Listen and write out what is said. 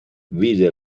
vide